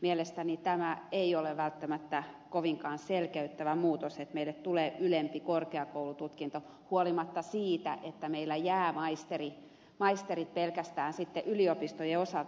mielestäni tämä ei ole välttämättä kovinkaan selkeyttävä muutos että meille tulee ylempi korkeakoulututkinto vaikka meille jäävät maisterit pelkästään yliopistojen osalta